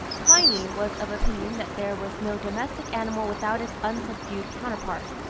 pliny was of opinion that there was no domestic animal without its unsubdued counterpart,